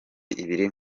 ibiri